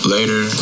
Later